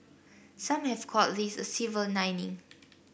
some have called this a silver lining